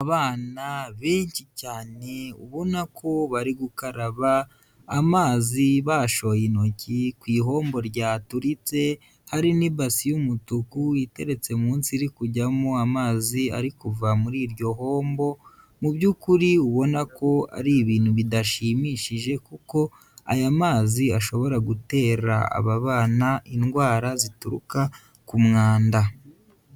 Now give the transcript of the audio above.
Abana benshi cyane, ubona ko bari gukaraba amazi bashoye intoki ku ihombo ryaturitse, hari n'ibasi y'umutuku iteretse munsi iri kujyamo amazi ari kuva muri iryo hombo, mubyukuri ubona ko ari ibintu bidashimishije kuko aya mazi ashobora gutera aba bana indwara zituruka ku mwanda.